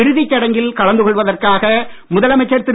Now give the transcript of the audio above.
இறுதிச் சடங்கில் கலந்து கொள்வதற்காக முதலமைச்சர் திரு